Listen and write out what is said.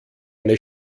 eine